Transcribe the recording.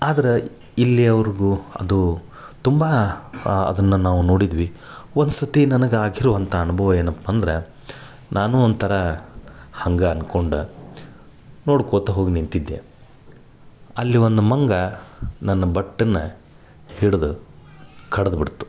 ಆದ್ರೆ ಇಲ್ಲಿಯವ್ರಿಗೂ ಅದು ತುಂಬ ಅದನ್ನು ನಾವು ನೋಡಿದ್ವಿ ಒಂದು ಸರ್ತಿ ನನಗೆ ಆಗಿರುವಂಥ ಅನುಭವ ಏನಪ್ಪಂದ್ರೆ ನಾನು ಒಂಥರ ಹಂಗೆ ಅನ್ಕೊಂಡು ನೋಡ್ಕೋತ ಹೋಗಿ ನಿಂತಿದ್ದೆ ಅಲ್ಲಿ ಒಂದು ಮಂಗ ನನ್ನ ಬಟ್ಟನ್ನು ಹಿಡ್ದು ಕಡ್ದು ಬಿಟ್ತು